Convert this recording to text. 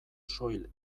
soil